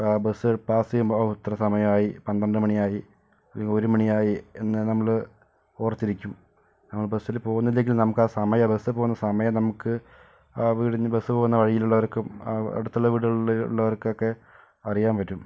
ആ bus pass ചെയ്യുമ്പോൾ ഇത്ര സമയമായി പന്ത്രണ്ട് മണിയായി അല്ലെങ്കിൽ ഒരു മണിയായി എന്ന് നമ്മള് ഓർത്തിരിക്കും നമ്മൾ ബസ്സിൽ പോകുന്നില്ലെങ്കിലും നമ്മക്ക് ആ സമയം ബസ് പോണ സമയം നമുക്ക് വീടിന് ബസ് പോകുന്ന വഴിയിൽ ഉള്ളവർക്കും അടുത്തുള്ള വീടുകളില് ഉള്ളവർക്ക് ഒക്കെ അറിയാൻ പറ്റും